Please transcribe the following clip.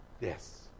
Yes